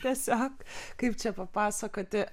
tiesiog kaip čia papasakoti